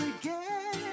again